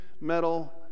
metal